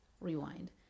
Rewind